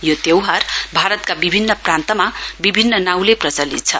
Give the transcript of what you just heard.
यो त्यौहार भारतका विभिन्न प्रान्तमा बिभिन्न नाउँले प्रचलित छ